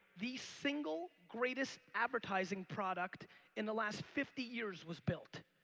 the single greatest advertising product in the last fifty years was built.